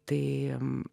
tai jiems